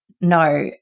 no